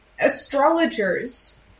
astrologers